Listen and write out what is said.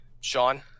Sean